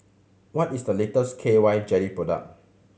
what is the latest K Y Jelly product